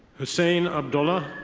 hussein abdullah.